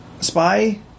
Spy